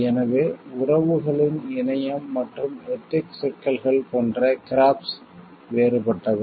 எனவே உறவுகளின் இணையம் மற்றும் எதிக்ஸ் சிக்கல்கள் போன்ற கிராப்ஸ் வேறுபட்டவை